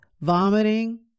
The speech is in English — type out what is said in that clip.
vomiting